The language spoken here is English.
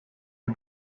had